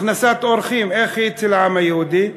הכנסת אורחים, איך היא אצל העם היהודי?